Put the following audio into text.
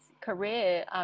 career